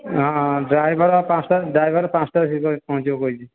driver ପାଞ୍ଚଟାରେ driver ପାଞ୍ଚଟାରେ ଆସିକି ପହଞ୍ଚିବ କହିଛି